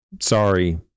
sorry